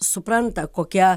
supranta kokia